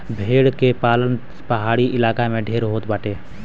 भेड़ के पालन पहाड़ी इलाका में ढेर होत बाटे